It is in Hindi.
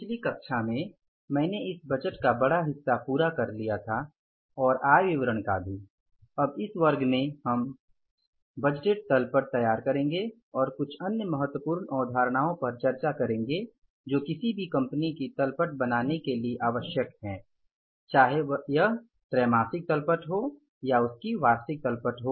पिछली कक्षा में मैंने इस बजटेड का बड़ा हिस्सा पूरा कर लिया है और आय विवरण का भी अब इस वर्ग में हम बजटेड तल पट तैयार करेंगे और कुछ अन्य महत्वपूर्ण अवधारणाओं पर चर्चा करेंगे जो किसी भी कंपनी की तल पट बनाने के लिए आवश्यक हैं चाहे यह त्रैमासिक तल पट हो या उसकी वार्षिक तल पट हो